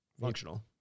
functional